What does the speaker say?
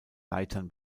leitern